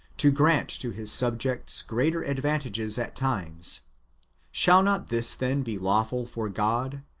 to grant to his subjects greater advantages at times shall not this then be lawful for god,